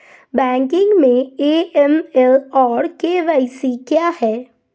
Banking में AML और KYC क्या हैं?